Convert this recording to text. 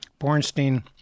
Bornstein